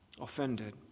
offended